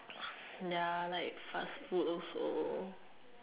ya like fast food also